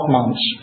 months